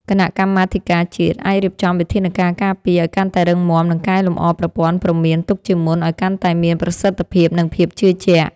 គណៈកម្មាធិការជាតិអាចរៀបចំវិធានការការពារឱ្យកាន់តែរឹងមាំ និងកែលម្អប្រព័ន្ធព្រមានទុកជាមុនឱ្យកាន់តែមានប្រសិទ្ធភាព និងភាពជឿជាក់។